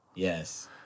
Yes